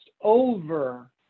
over